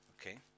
Okay